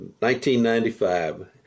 1995